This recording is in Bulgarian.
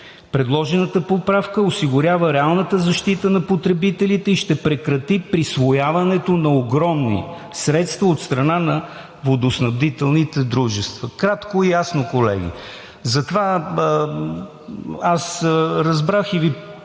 Предложената поправка осигурява реалната защита на потребителите и ще прекрати присвояването на огромни средства от страна на водоснабдителните дружества. Кратко и ясно, колеги! Затова Ви поздравявам,